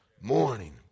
Morning